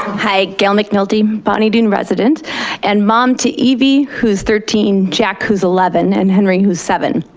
hi, gail mcnulty, bonny doon resident and mom to evie, who's thirteen, jack who's eleven and henry, who's seven.